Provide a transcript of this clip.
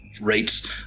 rates